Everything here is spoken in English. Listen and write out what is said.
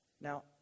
Now